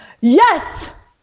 Yes